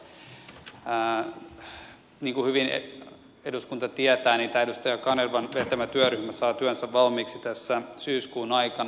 niin kuin hyvin eduskunta tietää tämä edustaja kanervan vetämä työryhmä saa työnsä valmiiksi tässä syyskuun aikana